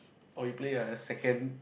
oh you play a second